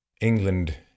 England